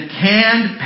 canned